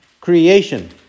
creation